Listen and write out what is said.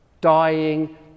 dying